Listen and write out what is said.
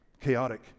chaotic